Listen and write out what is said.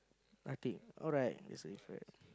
nothing alright that's a difference